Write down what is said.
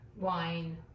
wine